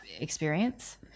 experience